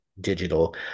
Digital